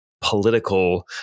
political